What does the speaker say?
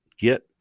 get